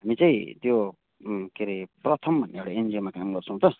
हामी चाहिँ त्यो के अरे प्रथम भन्ने एउटा एनजिओमा काम गर्छौँ त